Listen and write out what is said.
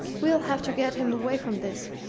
we'll have to get him away from this.